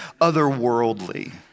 otherworldly